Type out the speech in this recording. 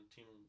Team